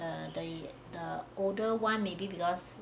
the the the older one maybe because